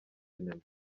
sinema